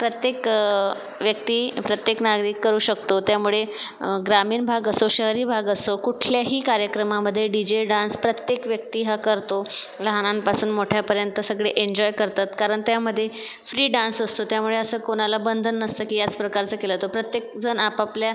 हा प्रत्येक व्यक्ती प्रत्येक नागरिक करू शकतो त्यामुळे ग्रामीण भाग असो शहरी भाग असो कुठल्याही कार्यक्रमामध्ये डी जे डांस प्रत्येकी व्यक्ती हा करतो लहानांपासून मोठ्यांपर्यंत सगळे एंजॉय करतात कारण त्यामध्ये फ्री डांस असतो त्यामुळे असं कोणाला बंधन नसतं की याच प्रकारचा केला जात प्रत्येकजण आपापल्या